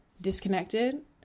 disconnected